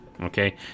okay